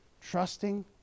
trusting